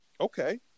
Okay